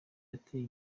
yateye